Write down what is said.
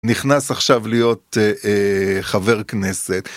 נכנס עכשיו להיות חבר כנסת